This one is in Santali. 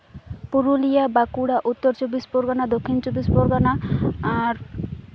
ᱯᱩᱨᱩᱞᱤᱭᱟᱹ ᱵᱟᱸᱠᱩᱲᱟ ᱩᱛᱛᱚᱨ ᱪᱚᱵᱵᱤᱥ ᱯᱚᱨᱜᱚᱱᱟ ᱫᱚᱠᱠᱷᱤᱱ ᱪᱚᱵᱵᱤᱥ ᱯᱚᱨᱜᱚᱱᱟ ᱟᱨ